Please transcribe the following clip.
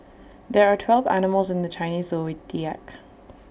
there are twelve animals in the Chinese Zodiac